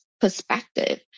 perspective